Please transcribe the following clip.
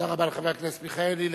תודה רבה לחבר הכנסת מיכאלי,